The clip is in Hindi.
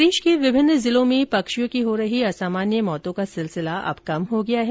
प्रदेश के विभिन्न जिलों में पक्षियों की हो रही असामान्य मौतों का सिलसिला अब कम हो गया है